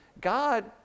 god